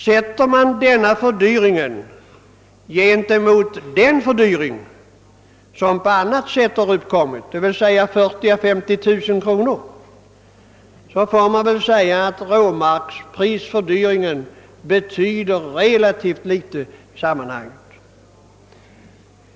Jämför man denna fördyring med den fördyring på 50000 kronor som uppkommit på annat sätt, finner man att råmarksprisfördyringen betyder relativt litet i sammanhanget.